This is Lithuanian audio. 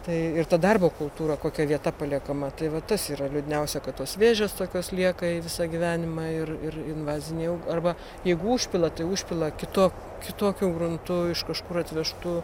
tai ir ta darbo kultūra kokia vieta paliekama tai va tas yra liūdniausia kad tos vėžės tokios lieka visą gyvenimą ir ir invaziniai arba jeigu užpila tai užpila kitu kitokiu gruntu iš kažkur atvežtu